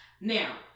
now